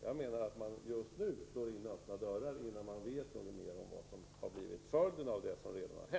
Jag anser att man genom en ny lagstiftning skulle slå in öppna dörrar, innan man vet vad som blir följden av det inträffade.